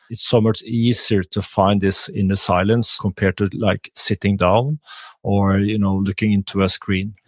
it's so much easier to find this in the silence compared to like sitting down or you know looking into a screen